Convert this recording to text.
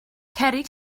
cerrig